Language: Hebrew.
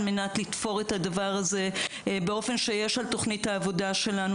על מנת לתפור את הדבר הזה בתוכנית העבודה שלנו.